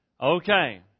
Okay